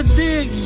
dig